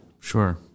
Sure